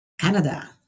Canada